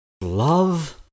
Love